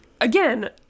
Again